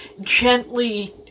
gently